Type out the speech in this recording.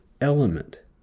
element